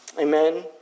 Amen